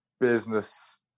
business